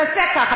תעשה ככה,